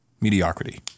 mediocrity